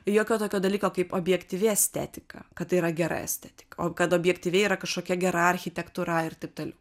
jokio tokio dalyko kaip objektyvi estetika kad tai yra gera estetika o kad objektyvi yra kažkokia gera architektūra ir taip toliau